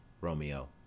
Romeo